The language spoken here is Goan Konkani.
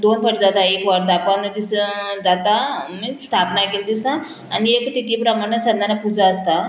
दोन फाटी जाता एक वरता पंदरा दीस जाता स्थापना केल्ली दिसता आनी एक ती प्रमाणान सत्यनारायण पुजा आसता